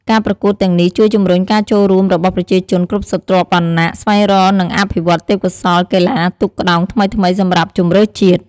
ការប្រកួតទាំងនេះជួយជំរុញការចូលរួមរបស់ប្រជាជនគ្រប់ស្រទាប់វណ្ណៈ ស្វែងរក និងអភិវឌ្ឍន៍ទេពកោសល្យកីឡាទូកក្ដោងថ្មីៗសម្រាប់ជម្រើសជាតិ។